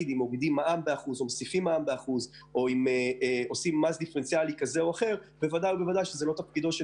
על הוספת מס או החלטת מס אז וודאי שזה לא תפקידו של